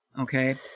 Okay